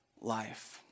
life